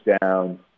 down